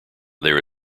there